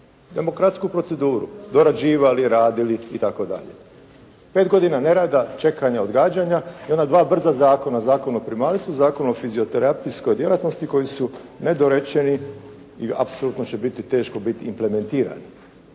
demokratsku proceduru, dorađivali, radili itd.. Pet godina nerada, čekanja, odgađanja, i onda dva brza zakona, Zakon o primaljstvu, Zakon o fizioterapijskoj djelatnosti koji su nedorečeni i apsolutno će teško biti implementirani.